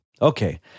Okay